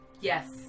Yes